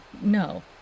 no